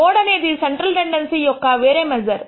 mode అనేది central tendency యొక్క వేరే మెజర్